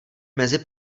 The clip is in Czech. mezi